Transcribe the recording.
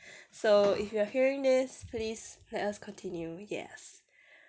so if you're hearing this please let us continue yes